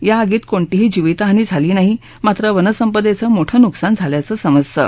या आगीत कोणतीही जीवितहानी झाली नाही मात्र वनसंपदद्तीमोठं नुकसान झाल्याचं समजतं